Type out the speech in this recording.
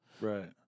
Right